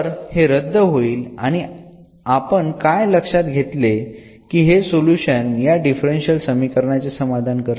तर हे रद्द होईल आणि आपन काय लक्षात घेतले की हे सोल्युशन या डिफरन्शियल समीकरणाचे समाधान करते